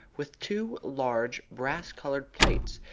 with two large brass-coloured plates,